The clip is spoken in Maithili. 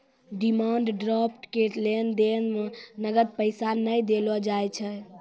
डिमांड ड्राफ्ट के लेन देन मे नगद पैसा नै देलो जाय छै